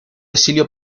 exilio